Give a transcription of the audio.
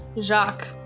Jacques